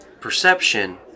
perception